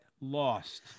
lost